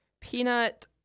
Peanut